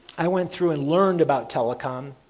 i went through and learned about telecom,